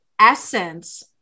essence